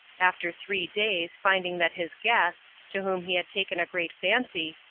after three days, finding that his guest, to whom he had taken a great fancy,